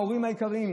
ההורים היקרים,